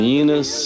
Minas